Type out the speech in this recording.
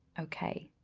okay,